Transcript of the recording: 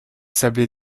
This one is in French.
sablés